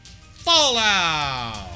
Fallout